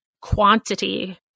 quantity